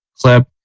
clip